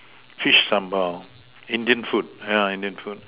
fish sambal Indian food Indian food